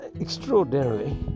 extraordinarily